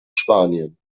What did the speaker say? spanien